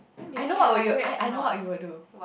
I know what will you I I know what you will do